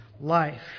life